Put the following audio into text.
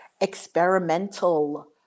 experimental